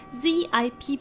zip